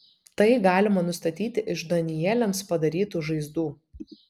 tai galima nustatyti iš danieliams padarytų žaizdų